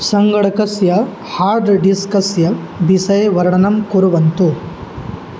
सङ्गणकस्य हार्ड् डिस्कस्य बिसये वर्णनं कुर्वन्तु